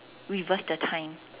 reverse the time